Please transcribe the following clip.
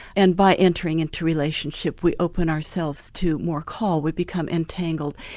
and by entering into relationship we open ourselves to more call we become entangled,